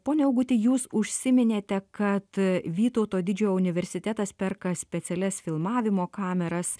pone auguti jūs užsiminėte kad vytauto didžiojo universitetas perka specialias filmavimo kameras